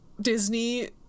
Disney